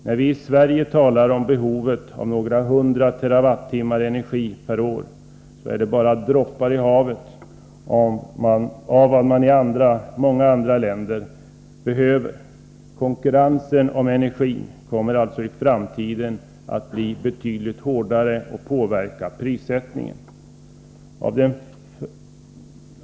När vi i Sverige talar om behovet av några hundra terawattimmar energi per år är det bara droppar i havet jämfört med vad många andra länder behöver. Konkurrensen om energin kommer därför i framtiden att bli betydligt hårdare, och detta kommer också att påverka prissättningen.